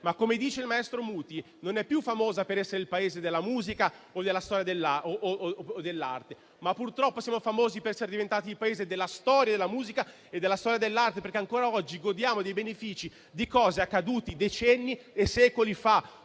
- come dice il maestro Muti - non è più famosa per essere il Paese della musica o dell'arte. Purtroppo, siamo famosi per essere il Paese della storia della musica e della storia dell'arte, perché ancora oggi godiamo dei benefici di cose accadute decenni e secoli fa.